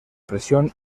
presión